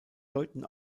deuten